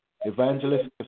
Evangelist